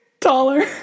Taller